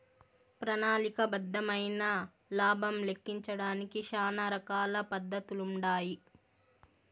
ప్రణాళిక బద్దమైన లాబం లెక్కించడానికి శానా రకాల పద్దతులుండాయి